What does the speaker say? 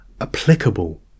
applicable